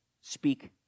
speak